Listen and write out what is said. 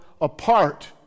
apart